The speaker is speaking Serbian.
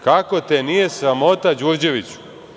Kako te nije sramota Đurđeviću?